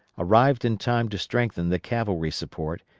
arrived in time to strengthen the cavalry support,